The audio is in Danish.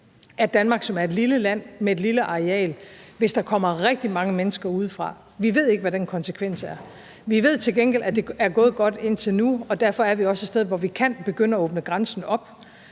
for Danmark, som er et lille land med et lille areal, hvis der kommer rigtig mange mennesker udefra. Vi ved ikke, hvad den konsekvens er. Vi ved til gengæld, at det er gået godt indtil nu, og derfor er vi også et sted, hvor vi kan begynde at åbne grænsen op.